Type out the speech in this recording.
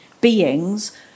beings